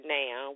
now